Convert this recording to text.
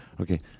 Okay